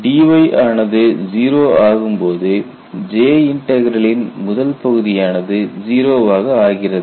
dy ஆனது 0 ஆகும்போது J இன்டெக்ரலின் முதல் பகுதியானது 0 வாக ஆகிறது